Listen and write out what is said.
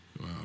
Wow